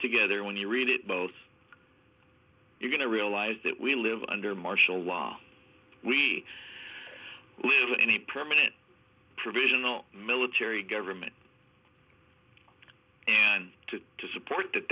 together when you read it both you're going to realize that we live under martial law we live in a permanent provisional military government and to support that